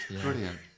Brilliant